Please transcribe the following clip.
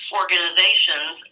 organizations